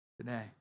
today